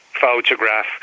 photograph